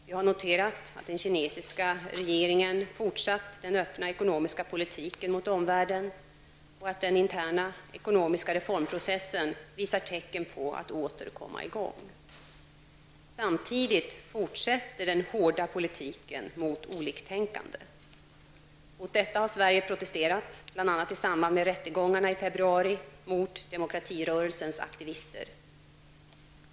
Vi har noterat att den kinesiska regeringen fortsatt den öppna ekonomiska politiken mot omvärlden och att den interna ekonomiska reformprocessen visar tecken att åter komma i gång. Samtidigt fortsätter den hårda politiken mot oliktänkande. Mot detta har Sverige protesterat, bl.a. i samband med rättegångarna i februari mot demokratirörelsens aktivister.